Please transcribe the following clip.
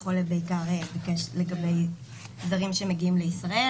עולה בעיקר לגבי זרים שמגיעים לישראל,